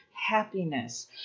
happiness